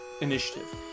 initiative